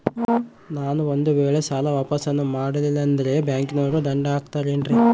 ನಾನು ಒಂದು ವೇಳೆ ಸಾಲ ವಾಪಾಸ್ಸು ಮಾಡಲಿಲ್ಲಂದ್ರೆ ಬ್ಯಾಂಕನೋರು ದಂಡ ಹಾಕತ್ತಾರೇನ್ರಿ?